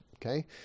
Okay